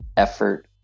effort